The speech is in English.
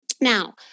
Now